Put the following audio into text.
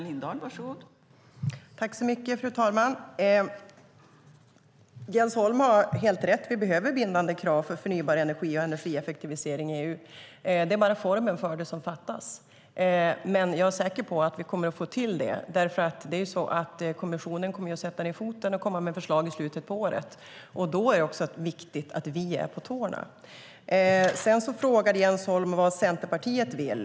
Fru talman! Jens Holm har helt rätt. Vi behöver bindande krav för förnybar energi och energieffektivisering i EU. Det är bara formen för det som fattas, men jag är säker på att vi kommer att få till det. Kommissionen kommer att sätta ned foten och komma med förslag i slutet av året. Då är det också viktigt att vi är på tårna. Sedan frågade Jens Holm vad Centerpartiet vill.